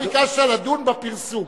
אתה ביקשת לדון בפרסום.